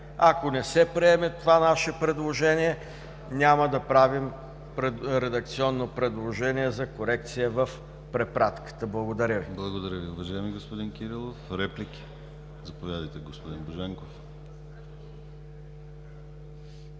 Ако не се приеме това наше предложение, няма да правим редакционно предложение за корекция в препратката. Благодаря Ви.